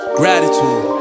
gratitude